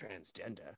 transgender